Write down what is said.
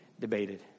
debated